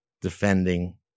Defending